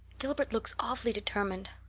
gilbert looks awfully determined.